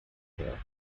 here